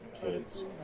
Kids